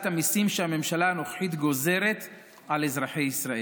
המיסים שהממשלה הנוכחית גוזרת על אזרחי ישראל: